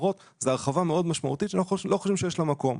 וההחמרות זו הרחבה מאוד משמעותית שאנחנו לא חושבים שיש לה מקום.